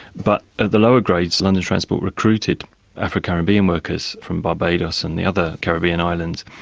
but at the lower grades london transport recruited afro-caribbean workers from barbados and the other caribbean islands.